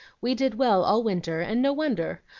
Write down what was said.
we did well all winter, and no wonder.